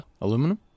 aluminum